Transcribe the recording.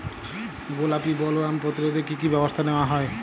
গোলাপী বোলওয়ার্ম প্রতিরোধে কী কী ব্যবস্থা নেওয়া হয়?